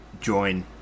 join